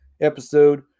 episode